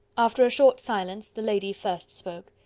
after a short silence, the lady first spoke.